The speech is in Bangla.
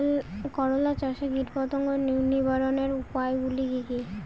করলা চাষে কীটপতঙ্গ নিবারণের উপায়গুলি কি কী?